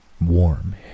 warm